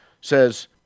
says